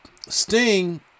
Sting